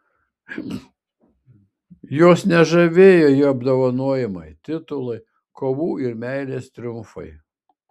jos nežavėjo jo apdovanojimai titulai kovų ir meilės triumfai